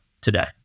today